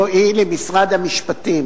הדבר הראשון שעשיתי בבואי למשרד המשפטים,